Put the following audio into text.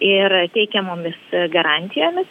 ir teikiamomis garantijomis